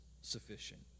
sufficient